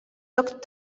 looked